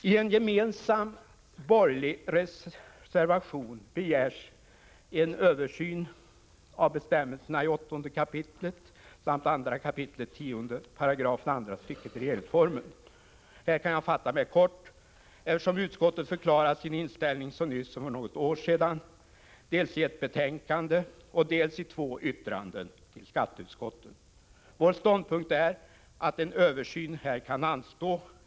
I en gemensam borgerlig reservation begärs en översyn av bestämmelserna i8 kap. samt 2 kap. 10 § andra stycket regeringsformen. Här kan jag fatta mig kort. Utskottet har förklarat sin inställning så nyligen som för något år sedan, dels i ett betänkande, dels i två yttranden till skatteutskottet. Vår ståndpunkt är att en översyn kan anstå.